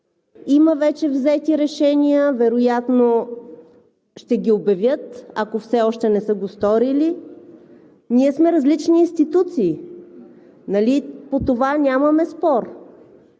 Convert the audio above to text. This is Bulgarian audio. има вече взети решения, вероятно ще ги обявят, ако все още не са го сторили. Ние сме различни институции. Нали по това нямаме спор